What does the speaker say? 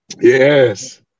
Yes